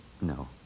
No